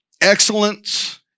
Excellence